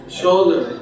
shoulder